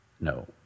no